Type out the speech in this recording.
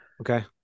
Okay